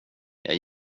jag